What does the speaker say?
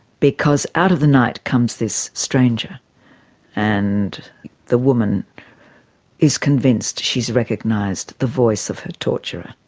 because out of the night comes this stranger and the woman is convinced she's recognised the voice of her torturer.